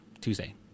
Tuesday